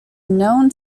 known